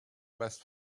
best